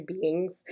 beings